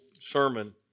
sermon